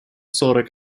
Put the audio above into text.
сорок